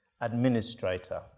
administrator